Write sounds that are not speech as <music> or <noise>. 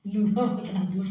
<unintelligible>